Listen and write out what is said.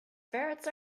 ferrets